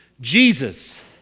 Jesus